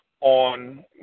on